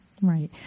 Right